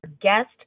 guest